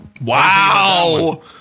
Wow